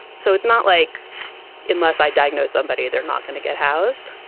so it's not like unless i diagnose somebody, they're not going to get housed.